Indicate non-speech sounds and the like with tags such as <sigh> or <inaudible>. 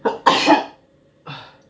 <noise>